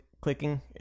clicking